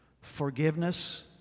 forgiveness